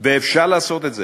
ואפשר לעשות את זה,